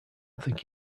think